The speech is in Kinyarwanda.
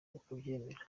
ukabyemera